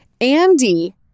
Andy